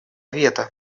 вето